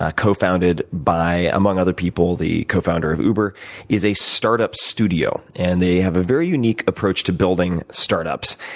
ah cofounded by among other people the cofounder of uber. it is a startup studio, and they have a very unique approach to building startups,